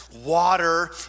water